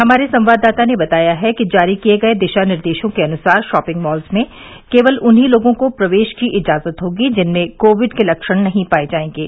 हमारे संवाददाता ने बताया है कि जारी किए गए दिशा निर्देशों के अनुसार शॉपिंग मॉल में केवल उन्हीं लोगों को प्रवेश की इजाजत होगी जिनमें कोविड के लक्षण नहीं पाए जाएंगे